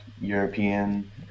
European